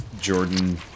Jordan